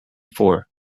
four